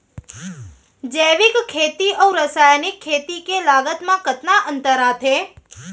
जैविक खेती अऊ रसायनिक खेती के लागत मा कतना अंतर आथे?